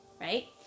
right